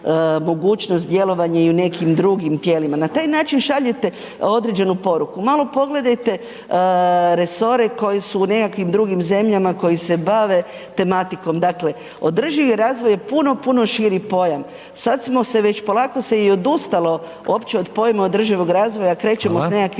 mogućnost djelovanja i u nekim drugim tijelima. Na taj način šaljete određenu poruku. Malo pogledajte resore koji su u nekakvim drugim zemljama koji se bave tematikom, dakle održivi razvoj je puno, puno širi pojam. Sada se već polako i odustalo uopće od pojma održivog razvoja, krećemo s nekakvim